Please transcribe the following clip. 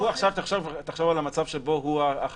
אבל תחשוב על המצב שבו הוא האחרון